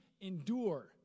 Endure